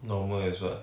normal is what